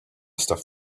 stuff